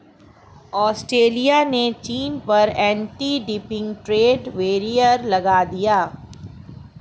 Australia ने चीन पर एंटी डंपिंग ट्रेड बैरियर लगा दिया